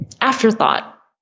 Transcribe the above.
afterthought